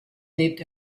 lebt